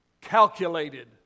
Calculated